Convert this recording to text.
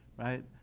right.